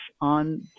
on